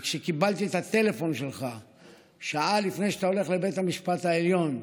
כשקיבלתי את הטלפון ממך שעה לפני שהלכת לבית המשפט העליון,